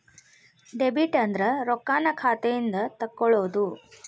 debit ಅಂದ್ರ ರೊಕ್ಕಾನ್ನ ಖಾತೆಯಿಂದ ತೆಕ್ಕೊಳ್ಳೊದು